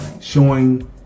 showing